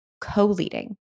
co-leading